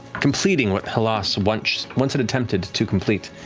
completing what halas once once had attempted to complete,